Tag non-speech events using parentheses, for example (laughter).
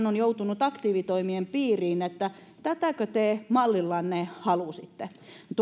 (unintelligible) on joutunut aktiivitoimien piiriin kertoa teille terveiset tätäkö te mallillanne halusitte